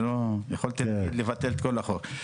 יכולתי לבטל את כל החוק.